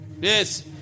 Yes